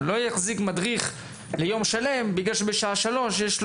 מדריך ליום שלם כי קטין מגיע בשעה שלוש.